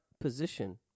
position